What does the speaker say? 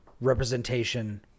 representation